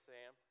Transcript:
Sam